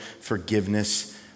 forgiveness